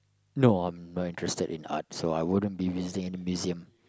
no I'm not interested in art so I wouldn't be visiting any museum